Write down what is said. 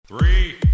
three